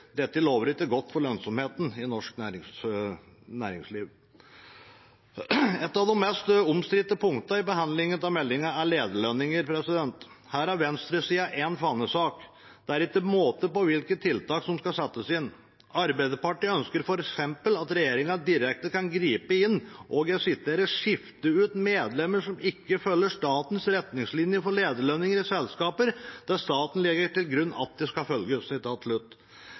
Dette lover ikke godt for lønnsomheten i norsk næringsliv. Et av de mest omstridte punktene i behandlingen av meldingen er lederlønninger. Her har venstresida en fanesak. Det er ikke måte på hvilke tiltak som skal settes inn. Arbeiderpartiet ønsker f.eks. at regjeringen skal kunne gripe inn direkte og «skifte ut styremedlemmer som ikke følger statens retningslinjer for lederlønninger i selskaper der staten legger til grunn at de skal følges».